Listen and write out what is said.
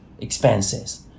expenses